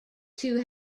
two